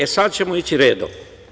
E, sad ćemo ići redom.